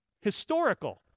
Historical